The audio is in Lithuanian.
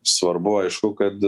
svarbu aišku kad